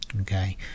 okay